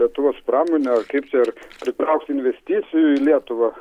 lietuvos pramonę ar kaip čia ir pritrauks investicijų į lietuvą